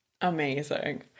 Amazing